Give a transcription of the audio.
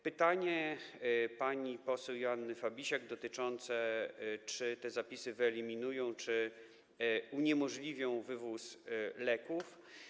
Pytanie pani poseł Joanny Fabisiak dotyczyło tego, czy te zapisy wyeliminują czy uniemożliwią wywóz leków.